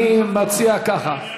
אני מציע ככה.